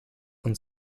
und